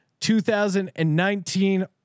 2019